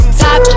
top